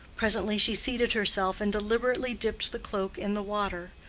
presently she seated herself and deliberately dipped the cloak in the water,